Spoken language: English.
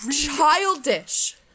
childish